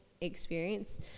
experience